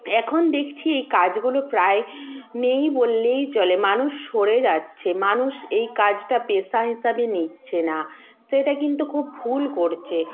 এখন দেখছি এই কাজগুলো প্রায় নেই বললেই চলে মানুষ সরে যাচ্ছে মানুষ এই কাজটা পেশা হিসাবে নিচ্ছে না সেটা কিন্তু খুব ভুল করছে